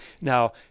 Now